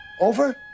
Over